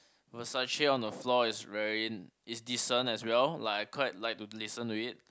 Versace-on-the-Floor is very is decent as well like I quite like to listen to it